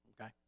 Okay